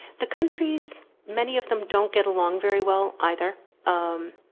the country so many of them don't get along very well either um.